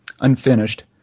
unfinished